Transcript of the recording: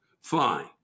Fine